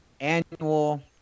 annual